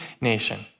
nation